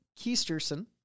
Keisterson